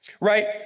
Right